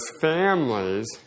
families